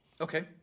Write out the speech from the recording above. Okay